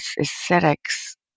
aesthetics